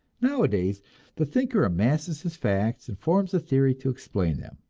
nowadays the thinker amasses his facts, and forms a theory to explain them,